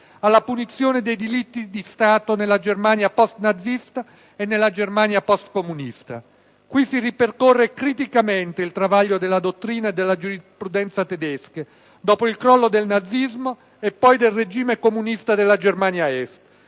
alla punizione dei delitti di Stato nella Germania post-nazista e nella Germania postcomunista. Qui si ripercorre criticamente il travaglio della dottrina e della giurisprudenza tedesche - dopo il crollo del nazismo e poi del regime comunista della Germania Est